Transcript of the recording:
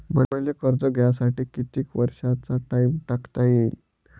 मले कर्ज घ्यासाठी कितीक वर्षाचा टाइम टाकता येईन?